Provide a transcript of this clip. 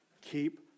Keep